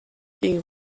gegen